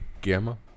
Gamma